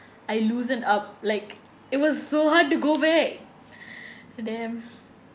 I loosened up like it was so hard to go back damn